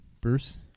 Bruce